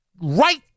right